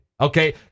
Okay